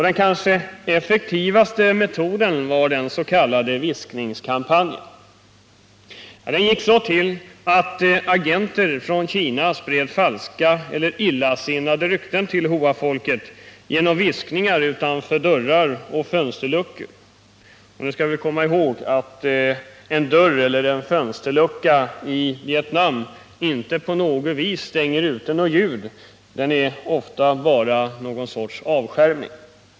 Den kanske effektivaste metoden var den s.k. viskningskampanjen. Den gick så till att agenter från Kina spred falska eller illasinnade rykten till Hoafolket genom viskningar utanför dörrar och fönsterluckor. Nu skall vi komma ihåg att en dörr eller en fönsterlucka i Vietnam inte på något vis stänger ute ljud. Den är ofta bara någon sorts avskärmning.